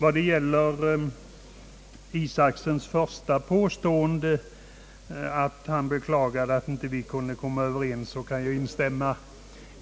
När det gäller herr Isacsons påstående, att han beklagade att vi inte kunde komma överens, kan jag instämma